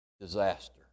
disaster